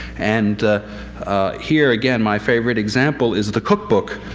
and here again, my favorite example is the cookbook,